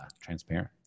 transparent